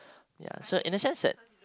ya so in a sense that